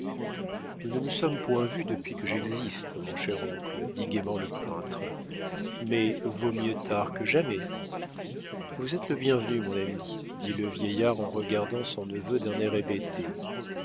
nous ne nous sommes point vus depuis que j'existe mon cher oncle dit gaiement le peintre mais vaut mieux tard que jamais vous êtes le bienvenu mon ami dit le vieillard en regardant son neveu d'un air hébété